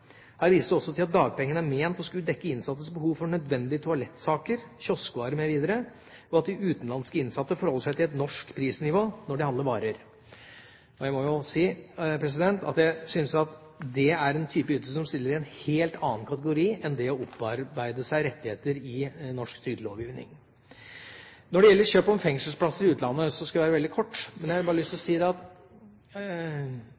jeg må jo si at jeg synes det er en type ytelse som stiller i en helt annen kategori enn det å opparbeide seg rettigheter i norsk trygdelovgivning. Når det gjelder kjøp av fengselsplasser i utlandet, skal jeg være veldig kort, men jeg har bare lyst til